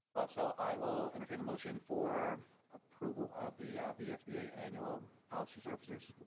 ah so i will entertain a motion for approval of the ah vsba annual policy services.